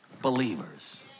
believers